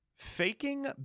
Faking